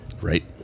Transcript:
Right